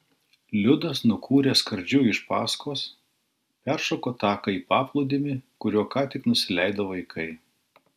liudas nukūrė skardžiu iš paskos peršoko taką į paplūdimį kuriuo ką tik nusileido vaikai